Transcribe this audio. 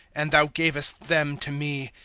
and thou gavest them to me,